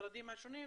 במשרדים השונים,